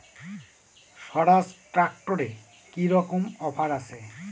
স্বরাজ ট্র্যাক্টরে কি রকম অফার আছে?